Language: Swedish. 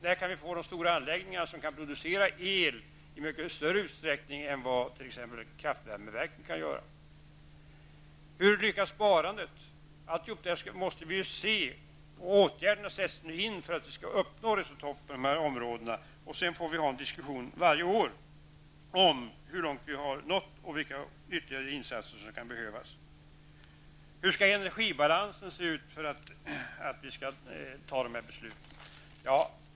När kan vi få de stora anläggningar som kan producera el i större utsträckning än vad kraftvärmeverken kan göra? Hur lyckas sparandet? Allt detta måste vi avvakta. Åtgärder sätts nu in för att uppnå resultat på dessa områden. Sedan får det vara en diskussion varje år om hur långt vi har nått och vilka ytterligare insatser som kan behövas. Hur skall energibalansen se ut för att vi skall kunna fatta desa beslut?